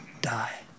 die